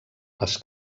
les